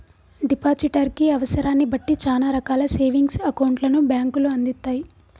depositor కి అవసరాన్ని బట్టి చానా రకాల సేవింగ్స్ అకౌంట్లను బ్యేంకులు అందిత్తయ్